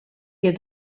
give